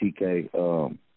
TK